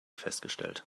festgestellt